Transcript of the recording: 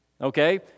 Okay